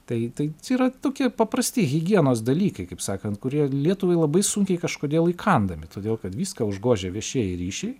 tai tai yra tokie paprasti higienos dalykai kaip sakant kurie lietuvai labai sunkiai kažkodėl įkandami todėl kad viską užgožia viešieji ryšiai